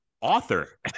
author